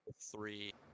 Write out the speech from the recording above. three